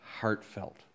heartfelt